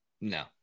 no